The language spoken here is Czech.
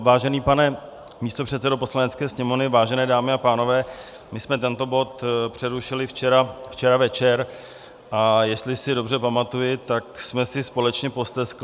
Vážený pane místopředsedo Poslanecké sněmovny, vážené dámy a pánové, tento bod jsme přerušili včera večer, a jestli si dobře pamatuji, tak jsme si společně posteskli.